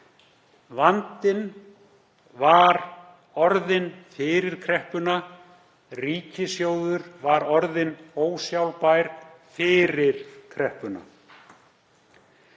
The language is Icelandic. Vandinn var orðinn til fyrir kreppuna. Ríkissjóður var orðinn ósjálfbær fyrir kreppuna.